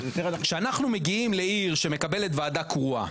כשאנחנו מגיעים לעיר שמקבלת ועדה קרואה,